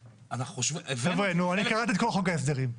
קראתי את כל חוק ההסדרים,